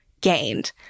gained